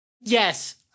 Yes